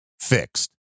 fixed